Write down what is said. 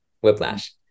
whiplash